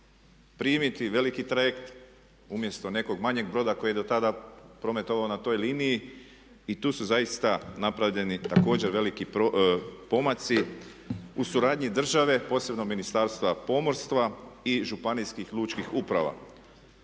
primiti veliki trajekt umjesto nekog manjeg broda koji je dotada prometovao na toj liniji i tu su zaista napravljeni također veliki pomaci u suradnji države, posebno Ministarstva pomorska i Županijskih lučkih uprava.